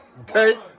Okay